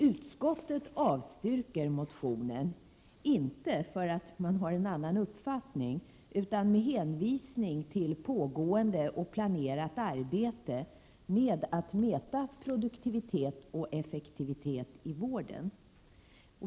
Utskottet avstyrker motionen, inte för att man har en annan uppfattning, utan med hänvisning till pågående och planerat arbete med att mäta produktivitet och effektivitet i vården.